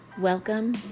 welcome